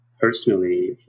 personally